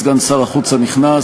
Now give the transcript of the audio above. את סגן שר החוץ הנכנס,